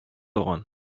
туган